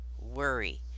worry